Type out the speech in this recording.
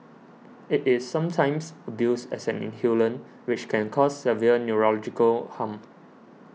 it is sometimes abused as an inhalant which can cause severe neurological harm